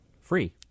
Free